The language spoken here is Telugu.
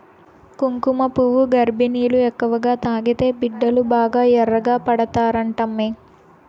కుంకుమపువ్వు గర్భిణీలు ఎక్కువగా తాగితే బిడ్డలు బాగా ఎర్రగా పడతారంటమ్మీ